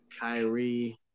Kyrie